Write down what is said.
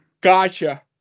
gotcha